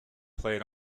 played